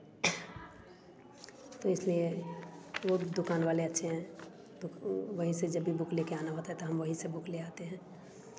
इसलिए वह दुकान वाले अच्छे हैं तो वहीं से जब भी बुक लेकर आना होता है तो हम वहीं से बुक ले आते हैं